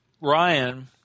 Ryan